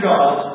God